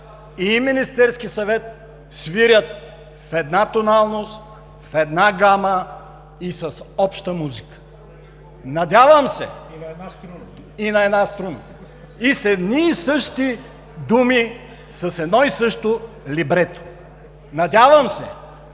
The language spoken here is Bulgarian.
и Министерски съвет свирят в една тоналност, в една гама – обща музика. (Реплика: „И на една струна!“) И на една струна, и с едни и същи думи, с едно и също либрето. Надявам се,